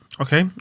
Okay